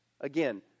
Again